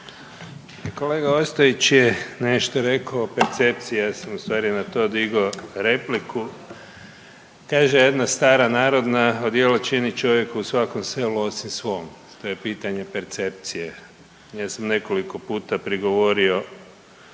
Kolega Ostojić je nešto rekao o percepciji, ja sam ustvari na to digao repliku. Kaže jedna stara narodna odijelo čini čovjeka u svakom selu osim svom, to je pitanje percepcije. Ja sam nekoliko puta prigovorio